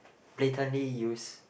blatantly use